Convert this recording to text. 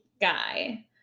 guy